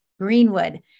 Greenwood